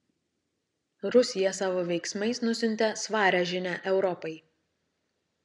rusija savo veiksmais nusiuntė svarią žinią europai